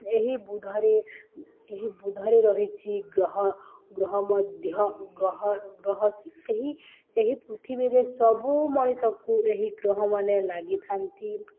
ଏହି ବୁଧରେ ଏହି ବୁଧରେ ରହିଛି ଗ୍ରହ ଗ୍ରହ ମଧ୍ୟ ଗହହ ଏହି ଏହି ପୃଥିବୀରେ ସବୁ ମଣିଷକୁ ଏହି ଗ୍ରହମାନେ ଲାଗିଥାନ୍ତି